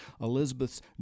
Elizabeth's